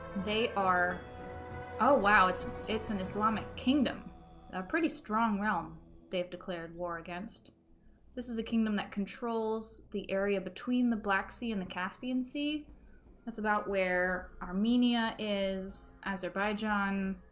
they are oh wow it's it's an islamic kingdom a pretty strong realm they've declared war against this is a kingdom that controls the area between the black sea and the caspian sea that's about where armenia is azerbaijan